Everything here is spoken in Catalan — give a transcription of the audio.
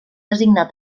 designar